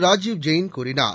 ராஜீவ் ஜெயின் கூறினார்